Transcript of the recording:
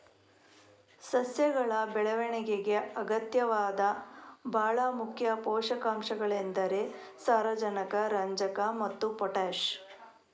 ಸಸ್ಯಗಳ ಬೆಳವಣಿಗೆಗೆ ಅಗತ್ಯವಾದ ಭಾಳ ಮುಖ್ಯ ಪೋಷಕಾಂಶಗಳೆಂದರೆ ಸಾರಜನಕ, ರಂಜಕ ಮತ್ತೆ ಪೊಟಾಷ್